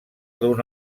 d’un